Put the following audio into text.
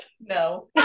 No